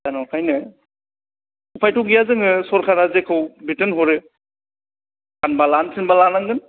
दा नंखाइनो उफायथ' गैया जोङो सरकारा जेखौ बिथोन हरो सानबा लानो थिनबा लानांगोन